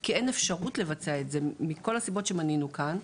כי אין אפשרות לבצע את זה מכל הסיבות שמנינו כאן,